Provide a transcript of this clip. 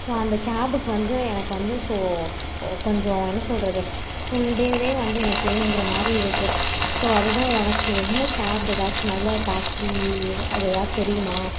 so அந்த கேபுக்கு வந்து எனக்கு வந்து ஸோ கொஞ்சம் என்ன சொல்வது ஃபுல் டேவே வந்து எனக்கு வேணுங்கிற மாதிரி இருக்குது ஸோ அதுதான் உனக்கு என்ன கேஃப் ஏதாச்சும் நல்ல டேக்ஸி அது ஏதாவது தெரியுமா